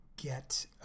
get